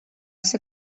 ser